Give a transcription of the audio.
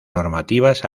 normativas